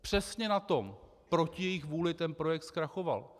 Přesně na tom proti jejich vůli ten projekt zkrachoval.